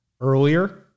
earlier